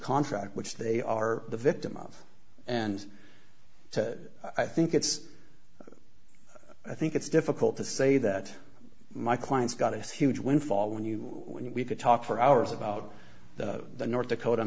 contract which they are the victim of and so i think it's i think it's difficult to say that my clients got a huge windfall when you when we could talk for hours about the north dakota